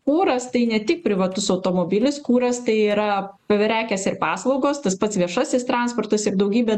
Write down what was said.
kuras tai ne tik privatus automobilis kuras tai yra prekės ir paslaugos tas pats viešasis transportas ir daugybė